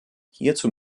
hierzu